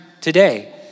Today